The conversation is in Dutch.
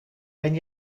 ben